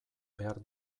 behar